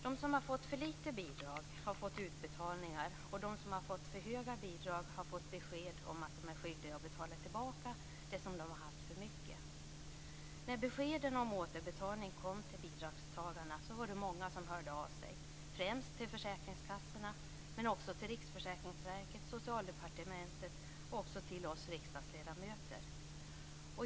De som har fått för lite bidrag har fått utbetalningar, och de som fått för höga bidrag har fått besked om att de är skyldiga att betala tillbaka det som var för mycket. När beskeden om återbetalning kom till bidragstagarna var det många som hörde av sig, främst till försäkringskassorna, men också till Riksförsäkringsverket, Socialdepartementet och även till oss riksdagsledamöter.